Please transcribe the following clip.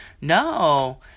No